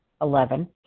Eleven